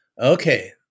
okay